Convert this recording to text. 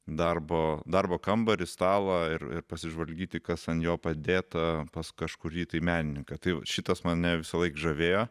darbo darbo kambarį stalą ir ir pasižvalgyti kas ant jo padėta pas kažkurį tai menininką tai va šitas mane visąlaik žavėjo